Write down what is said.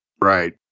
Right